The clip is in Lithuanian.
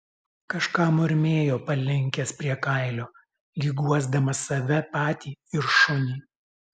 kažką murmėjo palinkęs prie kailio lyg guosdamas save patį ir šunį